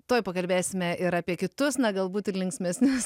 toj pakalbėsime ir apie kitus na galbūt ir linksmesnius